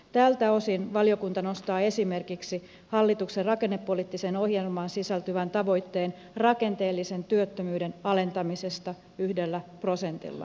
tältä osin valiokunta nostaa esimerkiksi hallituksen rakennepoliittiseen ohjelmaan sisältyvän tavoitteen rakenteellisen työttömyyden alentamisesta yhdellä prosentilla